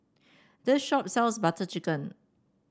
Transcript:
this shop sells Butter Chicken